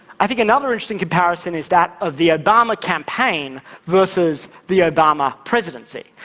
i think another interesting comparison is that of the obama campaign versus the obama presidency.